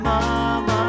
Mama